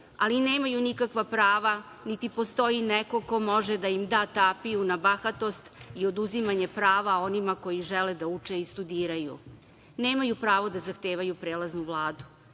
ali nemaju nikakva prava niti postoji neko ko može da im da tapiju na bahatost i oduzimanje prava onima koji žele da uče i studiraju. Nemaju pravo da zahtevaju prelaznu Vladu,